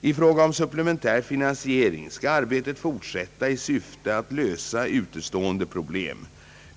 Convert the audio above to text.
I fråga om supplementär finansiering skall arbetet fortsätta i syfte att lösa utestående problem.